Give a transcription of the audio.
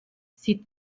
sie